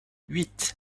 huit